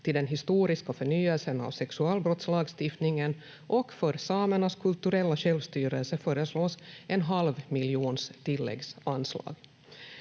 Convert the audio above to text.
till den historiska förnyelsen av sexualbrottslagstiftningen, och för samernas kulturella självstyrelse föreslås en halv miljons tilläggsanslag.